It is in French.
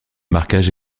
marquage